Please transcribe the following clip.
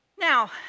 Now